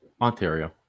Ontario